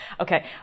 Okay